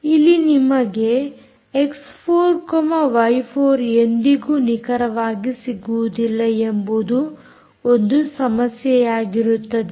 ಇಲ್ಲಿ ನಿಮಗೆ ಎಕ್ಸ್4ವೈ4 ಎಂದಿಗೂ ನಿಖರವಾಗಿ ಸಿಗುವುದಿಲ್ಲ ಎಂಬುದು ಒಂದು ಸಮಸ್ಯೆಯಾಗಿರುತ್ತದೆ